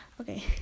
Okay